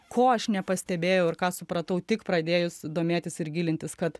ko aš nepastebėjau ir ką supratau tik pradėjus domėtis ir gilintis kad